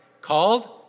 called